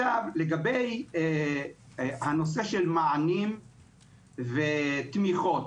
לגבי מענים ותמיכות